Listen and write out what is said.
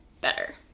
better